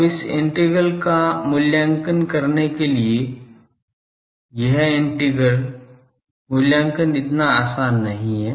अब इस इंटीग्रल का मूल्यांकन करने के लिए यह इंटीग्रल मूल्यांकन इतना आसान नहीं है